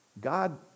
God